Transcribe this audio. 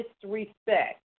disrespect